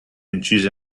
incise